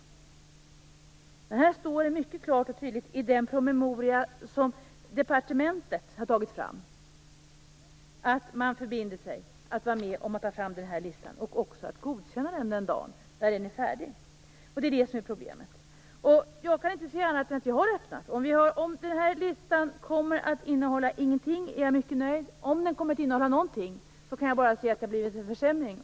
I den promemoria som departementet har tagit fram står det mycket klart och tydligt att man förbinder sig att vara med om att ta fram listan och att också godkänna den, den dag den är färdig. Det är det som är problemet. Jag kan inte se annat än att vi har öppnat för detta. Om den här listan kommer att innehålla ingenting är jag mycket nöjd. Om den kommer att innehålla någonting kan jag bara säga att det har blivit en försämring.